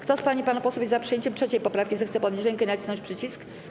Kto z pań i panów posłów jest za przyjęciem 3. poprawki, zechce podnieść rękę i nacisnąć przycisk.